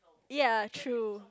ya true